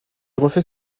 refait